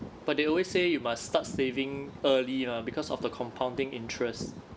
but they always say you must start saving early ah because of the compounding interest